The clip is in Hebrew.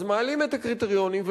מעלים את הקריטריונים,